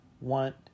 want